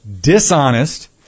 dishonest